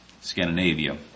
Scandinavia